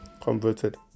Converted